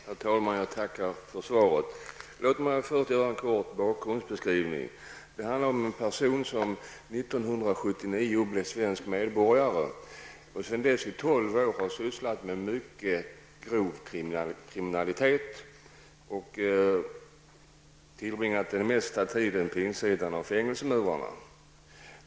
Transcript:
Herr talman! Jag tackar för svaret. Låt mig först göra en kort bakgrundsbeskrivning. Detta handlar om en person som 1979 blev svensk medborgare och sedan dess under tolv år har sysslat med mycket grov kriminalitet och tillbringat den mesta tiden på insidan av fängelsemurarna.